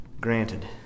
granted